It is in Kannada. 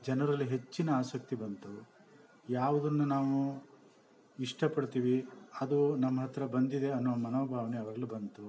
ಜನರಲ್ಲಿ ಹೆಚ್ಚಿನ ಆಸಕ್ತಿ ಬಂತು ಯಾವುದನ್ನು ನಾವು ಇಷ್ಟಪಡ್ತೀವಿ ಅದು ನಮ್ಮ ಹತ್ರ ಬಂದಿದೆ ಅನ್ನೋ ಮನೋಭಾವನೆ ಅವ್ರಿಗೂ ಬಂತು